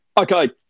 Okay